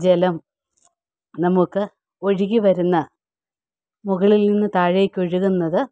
ജലം നമുക്ക് ഒഴുകിവരുന്ന മുകളിൽനിന്ന് താഴേക്ക് ഒഴുകുന്നത്